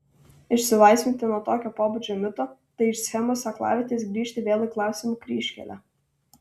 išsilaisvinti nuo tokio pobūdžio mito tai iš schemos aklavietės grįžti vėl į klausimų kryžkelę